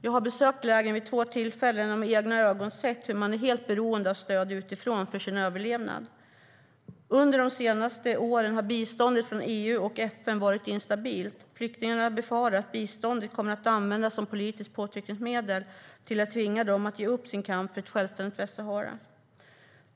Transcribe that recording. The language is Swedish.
Jag har besökt lägren vid två tillfällen och med egna ögon sett hur man är helt beroende av stöd utifrån för sin överlevnad. Under de senaste åren har biståndet från EU och FN varit instabilt. Flyktingarna befarar att biståndet kommer att användas som ett politiskt påtryckningsmedel för att tvinga dem att ge upp sin kamp för ett självständigt Västsahara.